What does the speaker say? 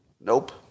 Nope